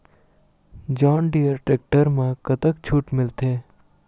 John Deere tractor म कतक छूट मिलथे?